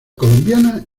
colombiana